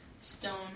Stone